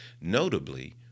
notably